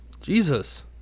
Jesus